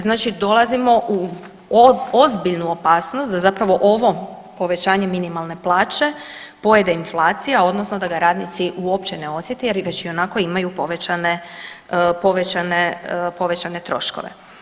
Znači dolazimo u ozbiljnu opasnost da zapravo ovo povećanje minimalne plaće pojede inflacija, odnosno da ga radnici uopće ne osjete jer već i onako imaju povećane troškove.